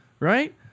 Right